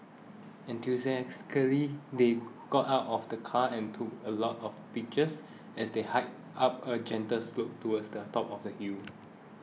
enthusiastically they got out of the car and took a lot of pictures as they hiked up a gentle slope towards the top of the hill